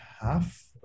half